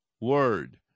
word